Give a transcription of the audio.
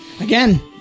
Again